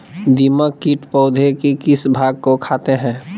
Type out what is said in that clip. दीमक किट पौधे के किस भाग को खाते हैं?